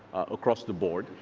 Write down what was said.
across the board.